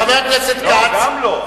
לא, גם לא.